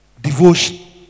devotion